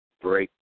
break